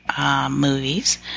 Movies